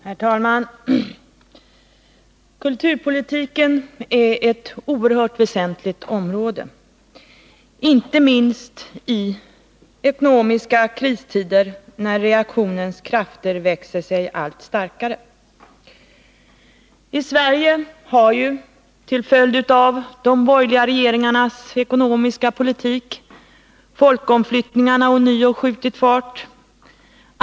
Herr talman! Kulturpolitiken är ett oerhört väsentligt område, inte minst i ekonomiska kristider när reaktionens krafter växer sig allt starkare. I Sverige har ju till följd av de borgerliga regeringarnas ekonomiska politik folkomflyttningarna ånyo skjutit fart.